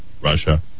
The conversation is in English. Russia